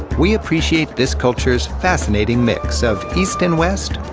we appreciate this culture's fascinating mix of east and west,